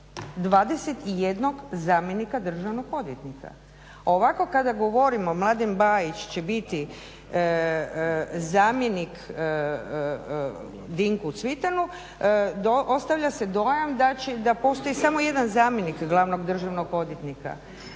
21 zamjenika državnog odvjetnika. Ovako kada govorimo Mladen Bajić će biti zamjenik Dinku Cvitanu ostavlja se dojam da će, da postoji samo jedan zamjenik glavnog državnog odvjetnika,